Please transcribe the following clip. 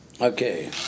Okay